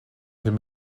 can